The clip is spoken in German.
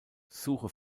suche